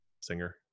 singer